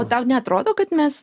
o tau neatrodo kad mes